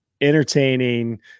entertaining